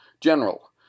General